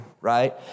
right